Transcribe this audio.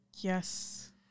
yes